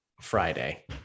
Friday